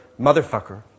motherfucker